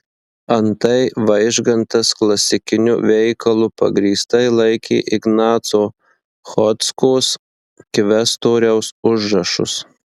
antai vaižgantas klasikiniu veikalu pagrįstai laikė ignaco chodzkos kvestoriaus užrašus